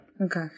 Okay